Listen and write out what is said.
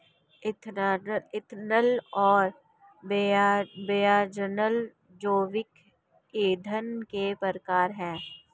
ethanol और biodiesel जैविक ईंधन के प्रकार है